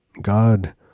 God